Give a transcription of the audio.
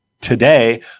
today